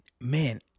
man